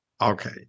okay